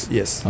yes